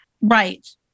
Right